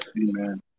Amen